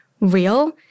real